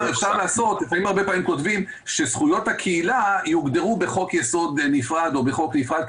לפעמים כותבים שזכויות הקהילה יוגדרו בחוק יסוד נפרד או בחוק נפרד,